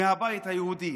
מה הבית היהודי?